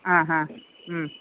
ആ ഹാ മ്